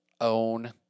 own